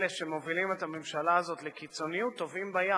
שמובילים את הממשלה הזאת לקיצוניות טובעים בים,